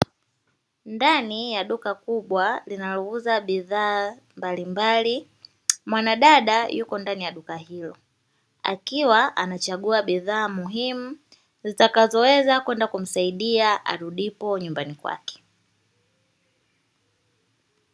Ndani ya duka kubwa linalouza bidhaa mbalimbali mwanadada yuko ndani ya duka hilo, akiwa anachagua bidhaa muhimu zitakazoweza kwenda kumsaidia arudipo nyumbani kwake.